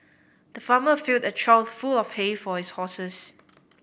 the farmer filled a trough full of hay for his horses